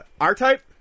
R-Type